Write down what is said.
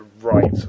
right